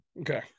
Okay